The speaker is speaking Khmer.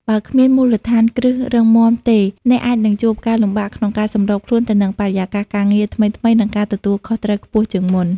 បើគ្មានមូលដ្ឋានគ្រឹះរឹងមាំទេ អ្នកអាចនឹងជួបការលំបាកក្នុងការសម្របខ្លួនទៅនឹងបរិយាកាសការងារថ្មីៗ និងការទទួលខុសត្រូវខ្ពស់ជាងមុន។